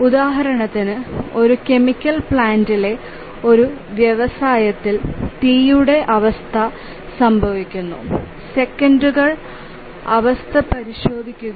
ഉദാഹരണത്തിന് ഒരു കെമിക്കൽ പ്ലാന്റിലെ ഒരു വ്യവസായത്തിൽ തീയുടെ അവസ്ഥ സംഭവിക്കുന്നു